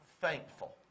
thankful